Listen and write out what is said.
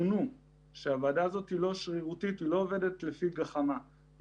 עבודות מטה הדבר הזה צריך להיות מתועד ולא לעשות שינויים שיש